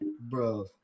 Bro